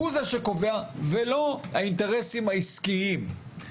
הוא זה שקובע ולא האינטרסים העסקיים,